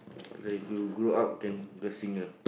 it's like if you grow up can be a singer